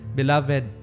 beloved